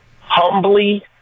humbly